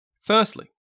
Firstly